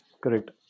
Correct